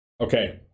Okay